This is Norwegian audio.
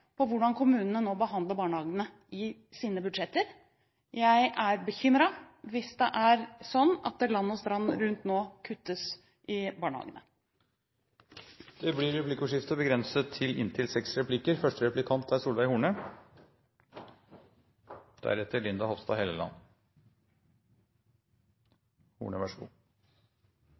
på hvordan kommunene nå behandler barnehagene i sine budsjetter. Jeg er bekymret hvis det er sånn at det land og strand rundt nå kuttes i barnehagene. Det blir replikkordskifte. I likhet med statsråden er Fremskrittspartiet bekymret over det som skjer med barnehagene og finansieringen av barnehagene. Fremskrittspartiet advarte mot at disse ble overført til